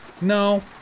No